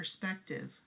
perspective